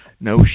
no